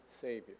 Savior